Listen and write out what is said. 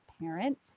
parent